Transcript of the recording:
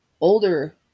older